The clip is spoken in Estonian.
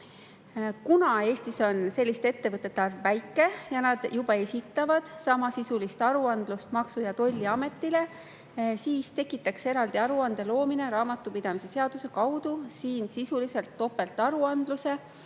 Kuna Eestis on selliste ettevõtete arv väike ja nad juba esitavad samasisulisi aruandeid Maksu‑ ja Tolliametile, siis tekitaks eraldi aruande loomine raamatupidamise seaduse kaudu sisuliselt topeltaruandluse.